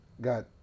got